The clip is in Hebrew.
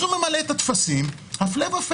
אז הוא ממלא את הטפסים הפלא ופלא,